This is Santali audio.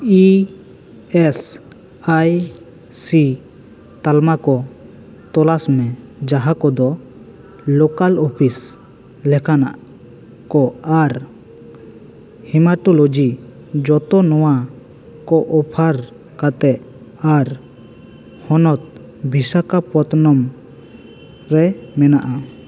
ᱤ ᱮᱥ ᱟᱭ ᱥᱤ ᱛᱟᱞᱢᱟ ᱠᱚ ᱛᱚᱞᱟᱥ ᱢᱮ ᱡᱟᱦᱟᱸ ᱠᱚᱫᱚ ᱞᱳᱠᱟᱞ ᱚᱯᱷᱤᱥ ᱞᱮᱠᱟᱱᱟᱜ ᱠᱚ ᱟᱨ ᱦᱮᱢᱟᱴᱳᱞᱚᱡᱤ ᱡᱚᱛᱚ ᱱᱚᱣᱟ ᱠᱚ ᱚᱯᱷᱟᱨ ᱠᱟᱛᱮᱫ ᱟᱨ ᱦᱚᱱᱚᱛ ᱵᱤᱥᱟᱠᱷᱟᱯᱚᱛᱳᱱᱚᱢ ᱨᱮ ᱢᱮᱱᱟᱜᱼᱟ